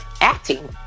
acting